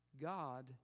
God